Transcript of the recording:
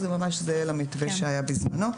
זה ממש זהה למתווה שהיה בזמנו.